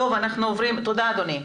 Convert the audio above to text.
תודה אדוני.